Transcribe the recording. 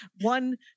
one